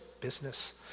business